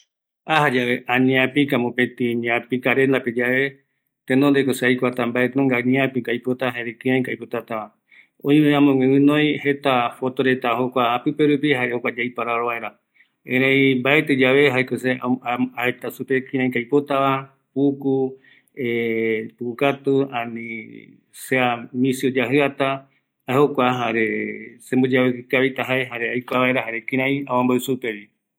﻿Ajayave añeapïka mopeti ñeapika rendapeyae, tenondeko se aikuata mbaenunga ñeapïko se aipotava, jare kiraiko aipotatava, oime amogue guinoi jeta jokua reta japipe rupi, jare jokua yaiparavo vaera, erei mbaetiyave jaeko se jaeta supe, kitaiko aipotava puku, puku katu, ani sea misi oyajiata, jae jokua semboyeaviki kavita jae jare aikua vaera kira amombeun supevi